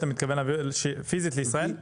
אתה מתכוון להביא פיזית לישראל?